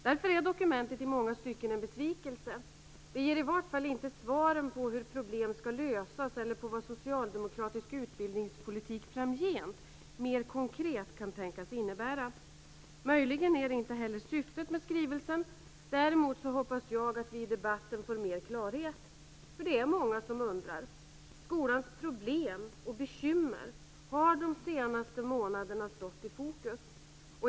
Därför är dokumentet i många stycken en besvikelse. Det ger i vart fall inte svaren på hur problem skall lösas eller på vad socialdemokratisk utbildningspolitik framgent mer konkret kan tänkas innebära. Möjligen är det inte heller syftet med skrivelsen. Däremot hoppas jag att vi i debatten får mer klarhet, för det är många som undrar. Skolans problem och bekymmer har de senaste månaderna stått i fokus.